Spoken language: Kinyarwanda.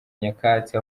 nyakatsi